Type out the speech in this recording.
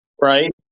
right